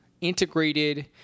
integrated